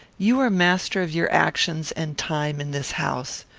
you are master of your actions and time in this house.